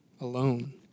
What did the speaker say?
alone